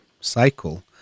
cycle